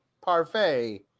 parfait